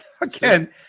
again